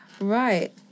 Right